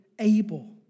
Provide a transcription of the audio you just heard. able